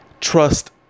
trust